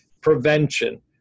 prevention